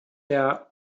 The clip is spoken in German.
der